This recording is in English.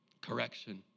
correction